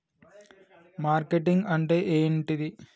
Marketing అంటే ఏంటిది?